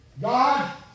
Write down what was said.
God